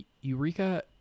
Eureka